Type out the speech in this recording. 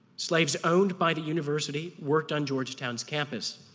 slaves owned by the university worked on georgetown's campus.